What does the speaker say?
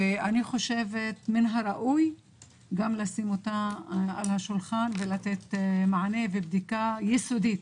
אני חושבת שמן הראוי לשים גם אותה על השולחן ולתת מענה ובדיקה יסודית